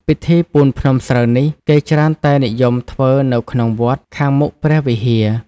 ពិធីពូនភ្នំស្រូវនេះ គេច្រើនតែនិយមធ្វើនៅក្នុងវត្ត ខាងមុខព្រះវិហារ ។